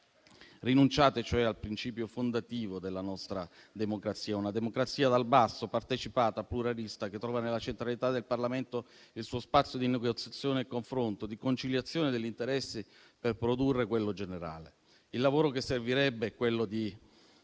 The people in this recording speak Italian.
Rinunciate cioè al principio fondativo della nostra democrazia: una democrazia dal basso, partecipata e pluralista, che trova nella centralità del Parlamento il suo spazio di negoziazione e confronto, di conciliazione degli interessi per produrre quello generale. Il lavoro che servirebbe è quello di